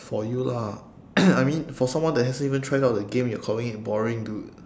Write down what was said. for you lah I mean for someone that hasn't even tried out the game you're calling it boring dude